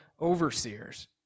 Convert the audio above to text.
overseers